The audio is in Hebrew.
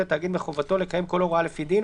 התאגיד מחובתו לקיים כל הוראה לפי דין,